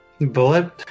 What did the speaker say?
bullet